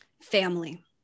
family